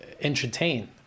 entertain